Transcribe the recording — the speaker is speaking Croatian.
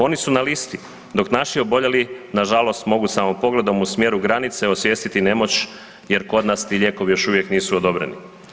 Oni su na listi, dok naši oboljeli nažalost mogu samo pogledom u smjeru granice osvijestiti nemoć jer kod nas ti lijekovi još uvijek nisu odobreni.